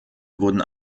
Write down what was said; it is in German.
wurden